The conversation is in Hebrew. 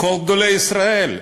כל גדולי ישראל,